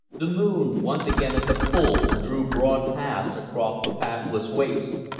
the moon, once again at the full, drew broad paths across the pathless waste.